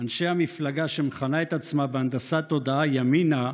אנשי המפלגה שמכנה את עצמה בהנדסת תודעה "ימינה"